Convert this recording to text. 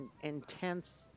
intense